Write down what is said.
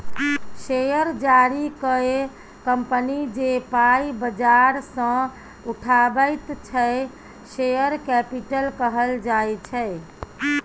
share जारी कए company जे पाइ बजार सँ उठाबैत छै शेयर कैपिटल कहल जाइ छै